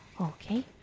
Okay